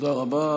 תודה רבה.